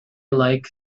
like